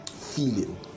feeling